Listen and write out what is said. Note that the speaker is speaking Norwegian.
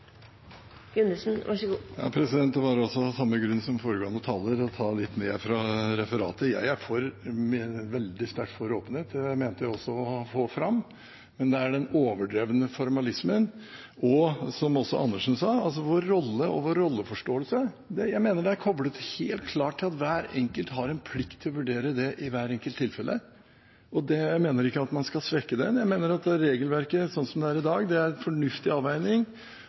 veldig sterkt for åpenhet, og det mente jeg også å få fram, men det er den overdrevne formalismen og – som også Karin Andersen sa – vår rolle og vår rolleforståelse som er poenget. Jeg mener det er koblet helt klart til at hver enkelt har en plikt til å vurdere dette i hvert enkelt tilfelle. Og jeg mener ikke at man skal svekke den. Jeg mener at regelverket, slik som det er i dag, er en fornuftig avveining